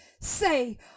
say